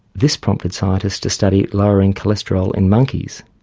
this prompted scientists to study lowering cholesterol in monkeys.